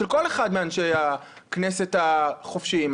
של כל אחד מאנשי הכנסת החופשיים.